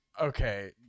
Okay